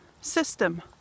system